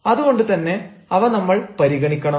അതു കൊണ്ടുതന്നെ അവ നമ്മൾ പരിഗണിക്കണം